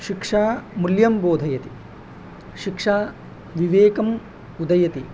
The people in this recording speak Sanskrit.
शिक्षा मूल्यं बोधयति शिक्षा विवेकम् उदयति